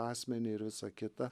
asmenį ir visa kita